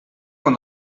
con